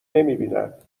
نمیبینن